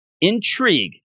intrigue